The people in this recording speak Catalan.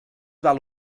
val